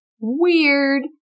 weird